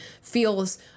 feels